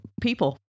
people